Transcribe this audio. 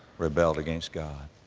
rebelled against god.